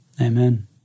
Amen